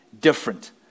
different